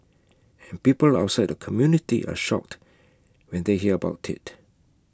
and people outside the community are shocked when they hear about IT